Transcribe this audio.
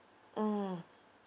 mm